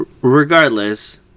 Regardless